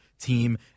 team